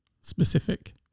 specific